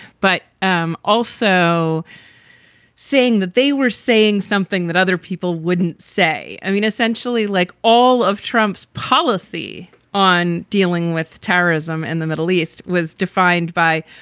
but um also saying that they were saying something that other people wouldn't say. i mean, essentially, like all of trump's policy on dealing with terrorism in the middle east was defined by,